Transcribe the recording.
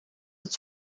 het